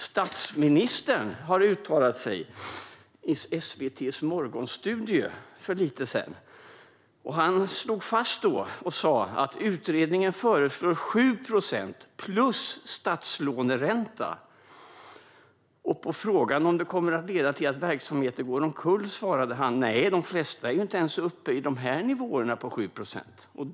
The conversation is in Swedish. Statsministern uttalade sig i SVT:s morgonstudio för ett litet tag sedan, och han slog då fast att utredningen föreslår 7 procent plus statslåneränta. På frågan om detta kommer att leda till att verksamheter går omkull svarade han: Nej, de flesta är inte ens uppe i nivåer kring 7 procent.